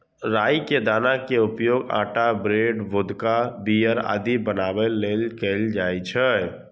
राइ के दाना के उपयोग आटा, ब्रेड, वोदका, बीयर आदि बनाबै लेल कैल जाइ छै